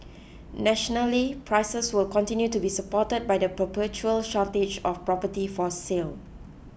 nationally prices will continue to be supported by the perpetual shortage of property for sale